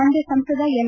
ಮಂಡ್ಕ ಸಂಸದ ಎಲ್